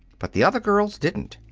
but the other girls didn't.